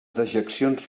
dejeccions